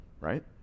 right